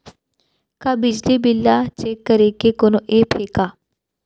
का बिजली बिल ल चेक करे के कोनो ऐप्प हे का?